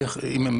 אם הן